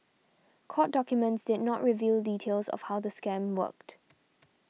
court documents did not reveal details of how the scam worked